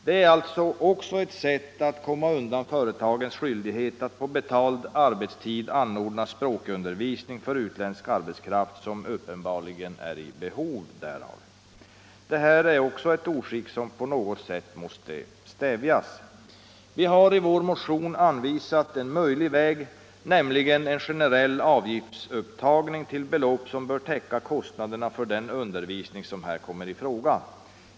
Det är också ett sätt att slippa undan företagens skyldighet att på betald arbetstid anordna språkundervisning för utländsk arbetskraft, som uppenbarligen är i behov därav. Även det här är ett oskick som på något sätt måste stävjas. Vi har i vår motion anvisat en möjlig väg, nämligen en generell avgiftsupptagning till belopp som bör täcka kostnaderna för den undervisning som här kommer i fråga.